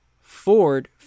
Ford